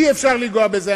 אי-אפשר לגעת בזה.